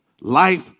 Life